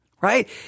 right